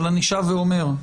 אבל אני שב ואומר: